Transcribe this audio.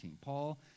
Paul